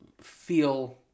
feel